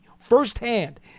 firsthand